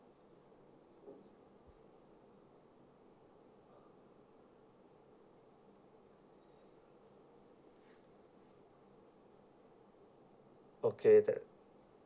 okay that